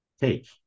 take